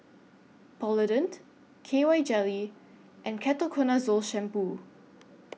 Polident K Y Jelly and Ketoconazole Shampoo